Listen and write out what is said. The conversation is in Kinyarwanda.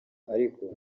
ariko